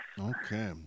Okay